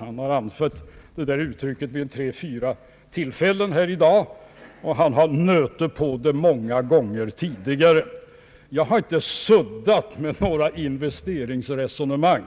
Han har använt det vid tre eller fyra tillfällen här i dag, och han har nött på det många gånger tidigare. Jag har inte suddat när det gäller några investeringsresonemang.